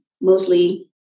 mostly